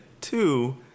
two